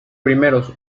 primeros